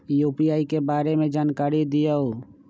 UPI के बारे में जानकारी दियौ?